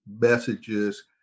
messages